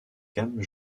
gamme